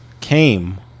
came